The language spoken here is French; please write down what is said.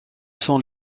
sont